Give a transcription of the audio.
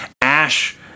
ash-